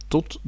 Tot